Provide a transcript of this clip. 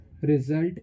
result